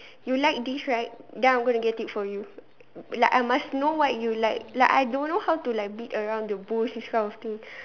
you like this right then I'm going to get it for you like I must know what you like like I don't know how to like beat around the bush this kind of thing